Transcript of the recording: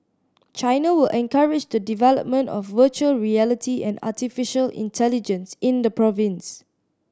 China will encourage the development of virtual reality and artificial intelligence in the province